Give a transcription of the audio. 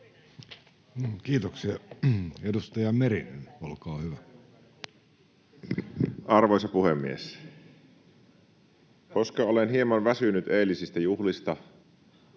Kiitoksia. — Edustaja Merinen, olkaa hyvä. Arvoisa puhemies! Koska olen hieman väsynyt eilisistä juhlista